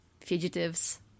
fugitives